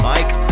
Mike